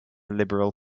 liberal